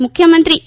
મુખ્યમંત્રી ઈ